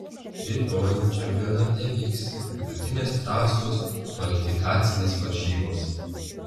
rytoj čempionate vyks vidutinės trasos kvalifikacinės varžybos